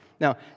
Now